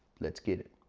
let's get it.